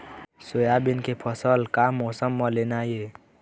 Soybean के फसल का मौसम म लेना ये?